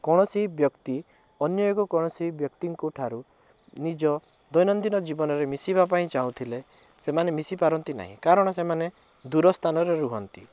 କୌଣସି ବ୍ୟକ୍ତି ଅନ୍ୟ ଏକ କୌଣସି ବ୍ୟକ୍ତିଙ୍କ ଠାରୁ ନିଜ ଦୈନନ୍ଦୀନ ଜୀବନରେ ମିଶିବା ପାଇଁ ଚାହୁଁଥିଲେ ସେମାନେ ମିଶିପାରନ୍ତି ନାହିଁ କାରଣ ସେମାନେ ଦୂର ସ୍ଥାନରେ ରୁହନ୍ତି